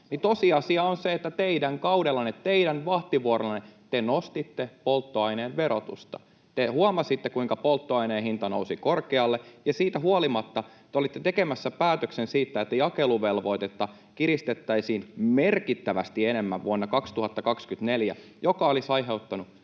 tosiasia on se, että teidän kaudellanne, teidän vahtivuorollanne, te nostitte polttoaineen verotusta. Te huomasitte, kuinka polttoaineen hinta nousi korkealle, ja siitä huolimatta te olitte tekemässä päätöksen siitä, että jakeluvelvoitetta kiristettäisiin merkittävästi enemmän vuonna 2024, mikä olisi aiheuttanut